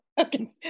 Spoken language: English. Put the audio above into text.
Okay